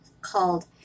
called